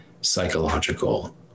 psychological